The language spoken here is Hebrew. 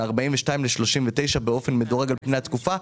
מ-42 ל-39 באופן מדורג על פני התקופה,